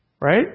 Right